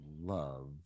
love